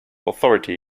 authority